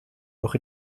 noch